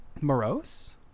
Morose